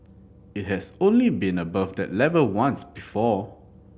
it has only been above that level once before